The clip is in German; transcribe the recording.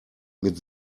mit